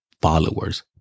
followers